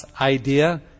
idea